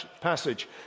passage